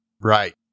Right